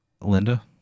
Linda